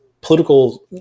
political